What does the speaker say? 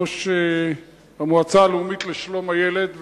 ראש המועצה הלאומית לשלום הילד,